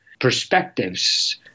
perspectives